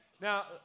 Now